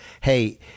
hey